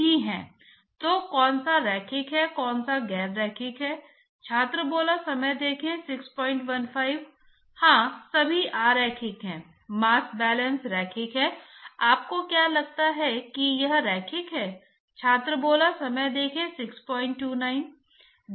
इसलिए आप अपेक्षा करेंगे कि द्रव को ठोस से समतल प्लेट से अधिक ऊष्मा प्राप्त होगी और इसलिए आप उम्मीद करेंगे कि जब फ्लैट प्लेट में आगे बढ़ेंगे तो ग्रेडिएंट घट जाएगा